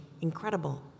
incredible